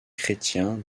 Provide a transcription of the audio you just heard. chrétiens